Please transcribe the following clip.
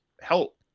help